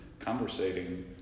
conversating